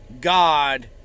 God